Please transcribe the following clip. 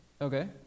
Okay